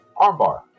Armbar